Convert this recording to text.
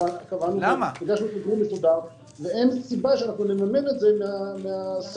אין סיבה שאנחנו נממן את זה מן הסל.